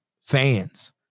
fans